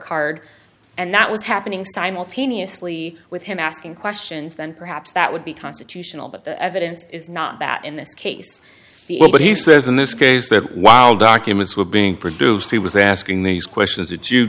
card and that was happening simultaneously with him asking questions then perhaps that would be constitutional but the evidence is not that in this case but he says in this case that while documents were being produced he was asking these questions